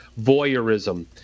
voyeurism